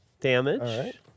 Damage